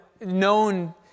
known